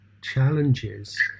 challenges